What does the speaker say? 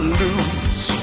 lose